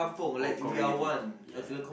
oh community ya ya